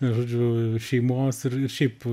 žodžiu šeimos ir šiaip